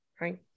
right